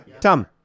Tom